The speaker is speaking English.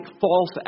false